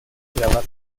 grabar